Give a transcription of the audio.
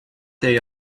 day